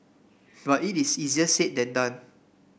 but it is easier said than done